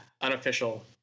unofficial